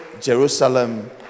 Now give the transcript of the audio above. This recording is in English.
Jerusalem